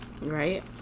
right